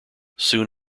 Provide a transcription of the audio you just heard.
soon